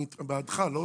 אני בעדך, אני לא נגדך.